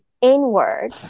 inward